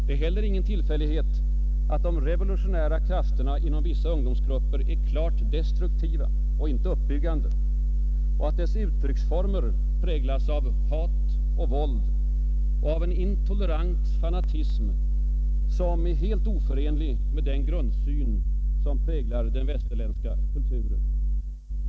Det är ingen tillfällighet att de revolutionära krafterna inom vissa ungdomsgrupper är klart destruktiva och inte uppbyggande, att dess utrycksformer präglas av hat och våld och av en intolerant fanatism, helt oförenlig med den grundsyn som präglar den västerländska kulturen.